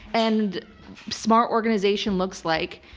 and smart organization looks like.